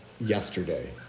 yesterday